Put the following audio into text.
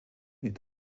est